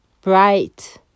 Bright